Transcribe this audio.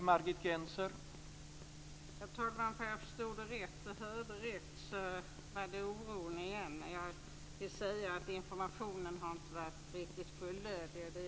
Herr talman! Ifall jag förstod rätt och hörde rätt var det oro igen men jag vill säga att informationen inte varit riktigt fullödig.